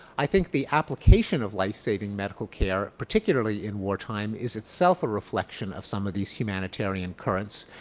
i think the application of life saving medical care, particularly in wartime, is itself a reflection of some of these humanitarian currents.